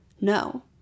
No